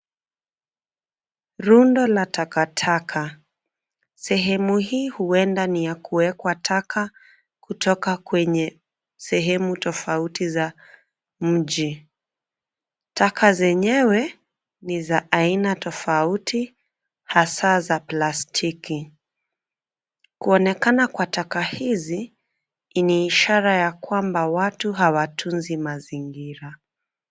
Rundo la takataka. Sehemu hii huenda ni ya kuwekwa taka kutoka kwenye sehemu tofauti za mji. Taka zenyewe ni za aina tofauti hasaa za plastiki. Kuonekana kwa taka hizi, ni ishara ya kwamba watu hawatunzi mazingira.